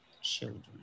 children